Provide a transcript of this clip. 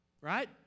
Right